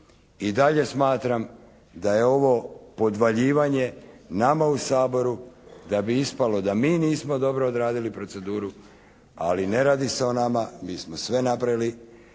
I dalje smatram da je ovo podvaljivanje nama u Saboru da bi ispalo da mi nismo dobro odradili proceduru. Ali ne radi se o nama. Mi smo sve napravili